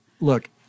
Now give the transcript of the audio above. Look